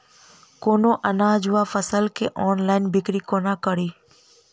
कोनों अनाज वा फसल केँ ऑनलाइन बिक्री कोना कड़ी?